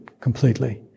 completely